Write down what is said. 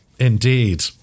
Indeed